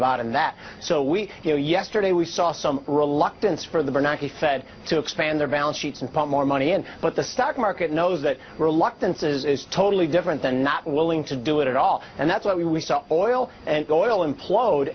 and that so we you know yesterday we saw some reluctance for the bernanke the fed to expand their balance sheets and put more money in but the stock market knows that reluctance is totally different than not willing to do it at all and that's why we saw oil and oil implode